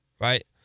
right